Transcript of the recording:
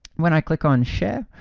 when i click on share,